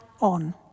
on